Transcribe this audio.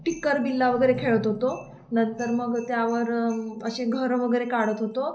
टिक्कर बिल्ला वगैरे खेळत होतो नंतर मग त्यावर असे घरं वगैरे काढत होतो